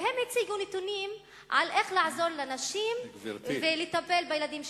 והם הציגו נתונים על איך לעזור לנשים לטפל בילדים שלהן.